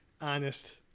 honest